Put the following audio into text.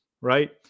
right